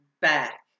back